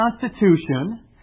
constitution